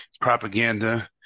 propaganda